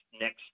next